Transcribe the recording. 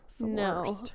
No